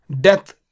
Death